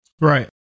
Right